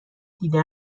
دیده